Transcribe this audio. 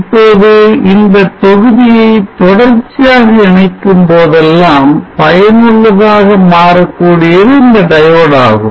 இப்போது இந்த தொகுதியை தொடர்ச்சியாக இணைக்கும் போதெல்லாம் பயனுள்ளதாக மாறக்கூடியது இந்த diode ஆகும்